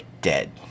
dead